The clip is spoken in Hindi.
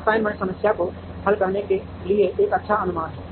असाइनमेंट समस्या को हल करने के लिए एक अच्छा अनुमान है